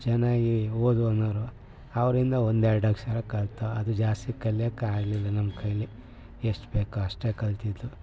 ಚೆನ್ನಾಗಿ ಓದು ಅನ್ನೋರು ಅವರಿಂದ ಒಂದೆರಡು ಅಕ್ಷರ ಕಲಿತೋ ಅದೂ ಜಾಸ್ತಿ ಕಲಿಯೋಕ್ಕಾಗಲಿಲ್ಲ ನಮ್ಮ ಕೈಲಿ ಎಷ್ಟು ಬೇಕೊ ಅಷ್ಟೇ ಕಲಿತಿದ್ದು